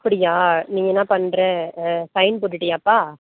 அப்படியா நீ என்ன பண்ற சைன் போட்டிட்டியாப்பா